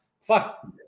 Fuck